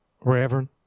Reverend